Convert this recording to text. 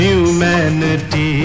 Humanity